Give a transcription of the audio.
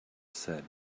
said